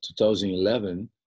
2011